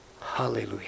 Hallelujah